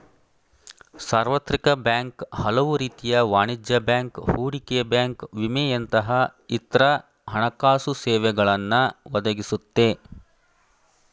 ಸಾರ್ವತ್ರಿಕ ಬ್ಯಾಂಕ್ ಹಲವುರೀತಿಯ ವಾಣಿಜ್ಯ ಬ್ಯಾಂಕ್, ಹೂಡಿಕೆ ಬ್ಯಾಂಕ್ ವಿಮೆಯಂತಹ ಇತ್ರ ಹಣಕಾಸುಸೇವೆಗಳನ್ನ ಒದಗಿಸುತ್ತೆ